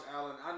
Allen